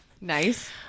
Nice